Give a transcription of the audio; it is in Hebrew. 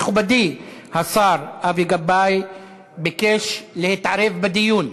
מכובדי השר אבי גבאי ביקש להתערב בדיון.